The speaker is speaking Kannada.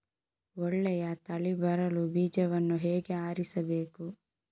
ಒಳ್ಳೆಯ ತಳಿ ಬರಲು ಬೀಜವನ್ನು ಹೇಗೆ ಆರಿಸಬೇಕು?